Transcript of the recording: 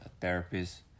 therapist